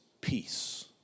peace